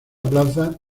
plaza